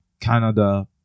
Canada